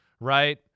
right